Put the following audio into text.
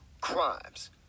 crimes